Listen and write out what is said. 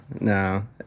no